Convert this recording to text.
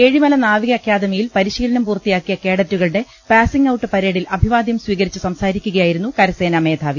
ഏഴിമല്പനാവിക അക്കാദമിയിൽപരിശീലനം പൂർത്തിയാ ക്കിയ കേഡ്റ്റുകളുടെ പാസ്സിംഗ് ഔട്ട് പരേഡിൽ അഭിവാദ്യം സ്വീ കരിച്ച് സംസാരിക്കുകയായിരുന്നു കരസേനാമേധാവി